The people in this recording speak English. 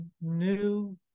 new